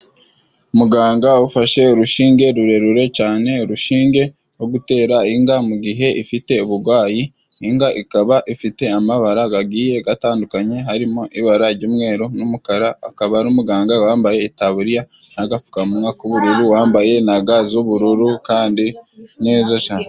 Muganga ufashe urushinge rurerure cane urushinge rwo gutera inga mu gihe ifite ubugwayi. Inga ikaba ifite amabara gagiye gatandukanye harimo ibara jy'umweru n'umukara, akaba ari umuganga wambaye itaburiya na gapfukamumwa k'ubururu, wambaye na ga z'ubururu kandi neza cane.